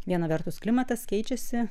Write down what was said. viena vertus klimatas keičiasi